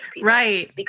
Right